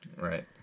right